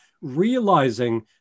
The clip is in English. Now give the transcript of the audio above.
realizing